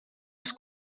els